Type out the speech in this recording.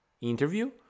interview